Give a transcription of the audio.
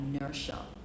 inertia